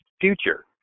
future